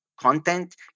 content